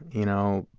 you know?